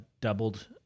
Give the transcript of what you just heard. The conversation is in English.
doubled